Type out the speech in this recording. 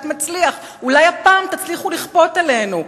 "מצליח" אולי הפעם תצליחו לכפות אותו עלינו.